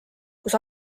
kus